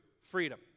freedom